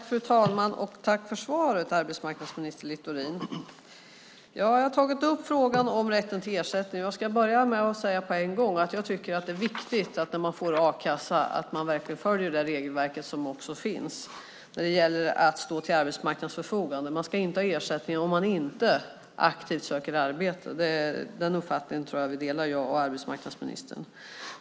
Fru talman! Tack för svaret, arbetsmarknadsminister Littorin! Jag har tagit upp frågan om rätten till ersättning. Jag ska på en gång säga att jag tycker att det är viktigt att man när man får a-kassa verkligen följer det regelverk som finns när det gäller att stå till arbetsmarknadens förfogande. Man ska inte ha ersättning om man inte aktivt söker arbete. Den uppfattningen tror jag att arbetsmarknadsministern och jag delar.